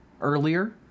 earlier